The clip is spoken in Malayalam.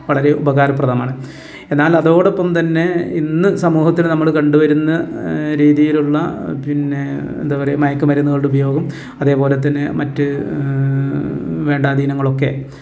വളരെ ഉപകാര പ്രദമാണ് എന്നാൽ അതോടൊപ്പം തന്നെ ഇന്ന് സമൂഹത്തിൽ നമ്മൾ കണ്ടു വരുന്ന രീതിയിലുള്ള പിന്നെ എന്താ പറയുക മയക്കു മരുന്നുകളുടെ ഉപയോഗം അതേ പോലെ തന്നെ മറ്റ് വേണ്ടാ ദീനങ്ങളൊക്കെ